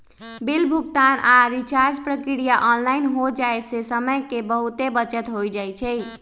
bill भुगतान आऽ recharge प्रक्रिया ऑनलाइन हो जाय से समय के बहुते बचत हो जाइ छइ